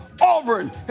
Auburn